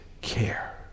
care